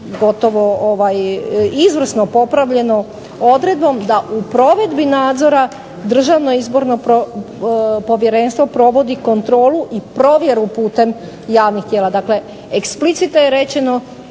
gotovo izvrsno popravljeno odredbom da u provedbi nadzora Državno izborno povjerenstvo provodi kontrolu i provjeru putem javnih tijela. Dakle, explicite je rečeno